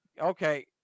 Okay